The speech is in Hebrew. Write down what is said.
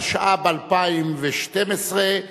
התשע"ב 2012,